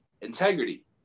integrity